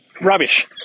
Rubbish